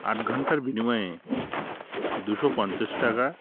আট ঘন্টার বিনিময়ে দুশো পঞ্চাশ টাকা